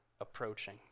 approaching